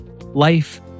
life